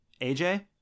AJ